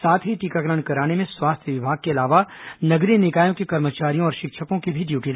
साथ ही टीकाकरण कराने में स्वास्थ्य विभाग के अलावा नगरीय निकायों के कर्मचारियों और शिक्षकों की भी ड्यूटी लगाई जाए